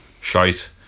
Shite